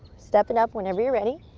step it up whenever you're ready.